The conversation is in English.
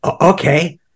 Okay